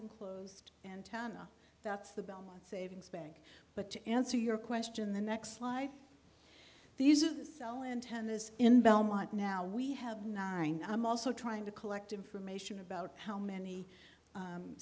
enclosed antenna that's the bell savings bank but to answer your question the next life these are the cell antennas in belmont now we have nine i'm also trying to collect information about how many